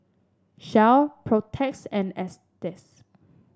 Shell Protex and Asics